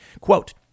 Quote